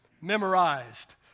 memorized